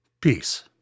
peace